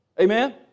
Amen